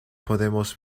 podemos